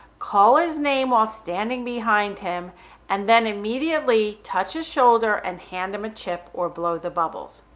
call his name while standing behind him and then immediately touch a shoulder and hand him a chip or blow the bubbles.